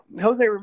jose